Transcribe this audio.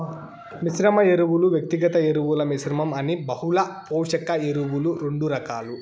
మిశ్రమ ఎరువులు, వ్యక్తిగత ఎరువుల మిశ్రమం అని బహుళ పోషక ఎరువులు రెండు రకాలు